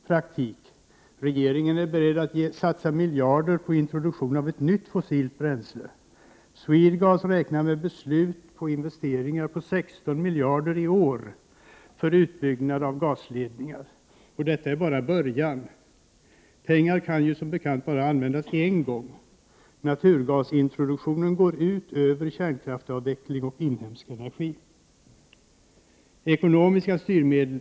Praktik: Regeringen är beredd att satsa miljarder på introduktionen av ett miljarder i år för utbyggnad av gasledningar. Detta är bara början. Pengar kan, som bekant, bara användas en gång. Men naturgasintroduktionen går ut över kärnkraftsavvecklingen och utvecklingen när det gäller inhemsk energi.